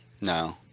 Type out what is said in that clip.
No